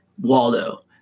Waldo